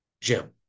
Jim